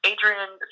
Adrian